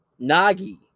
Nagi